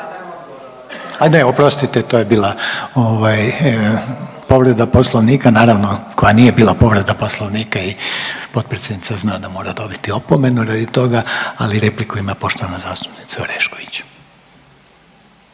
A ne oprostite, to je bila povreda Poslovnika naravno koja nije bila povreda Poslovnika i potpredsjednica zna da mora dobiti opomenu radi toga, ali repliku ima poštovana zastupnica Orešković.